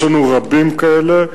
יש לנו רבים כאלה,